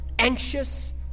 anxious